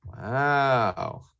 Wow